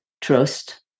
trust